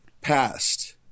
past